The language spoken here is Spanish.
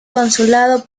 consulado